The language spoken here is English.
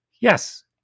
yes